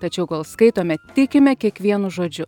tačiau kol skaitome tikime kiekvienu žodžiu